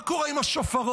מה קורה עם השופרות?